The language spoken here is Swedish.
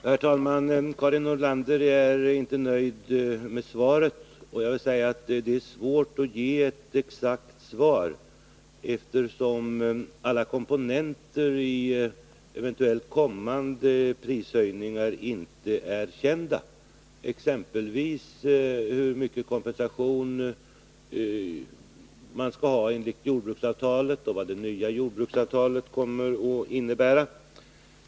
Herr talman! Karin Nordlander är inte nöjd med svaret. Det är svårt att ge ett exakt svar, eftersom alla komponenter i eventuellt kommande prishöjningar inte är kända. exempelvis hur mycket kompensation jordbrukarna skall ha enligt jordbruksavtalet och vad det nya jordbruksavtalet kommer att innebära.